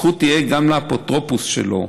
הזכות תהיה גם לאפוטרופוס שלו.